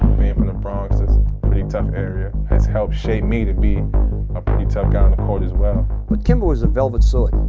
um in the bronx is pretty tough area has helped shape me to be a pretty tough guy on the court as well but kimber was a velvet so